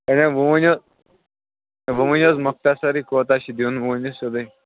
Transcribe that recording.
ہے وۅنۍ ؤنِو ہے وۅنۍ ؤنِو حظ مخصَرٕے کوٗتاہ چھِ دیُن وۅنۍ ؤنِو سیٚودُے